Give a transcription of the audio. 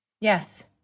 Yes